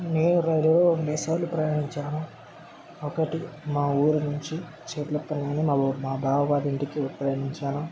నేను రైల్వే కొన్ని సార్లు ప్రయాణించాను ఒకటి మా ఊరు నుంచి చర్లపల్లి నలభై మా బావ వాళ్ళ ఇంటికి ప్రయాణించాను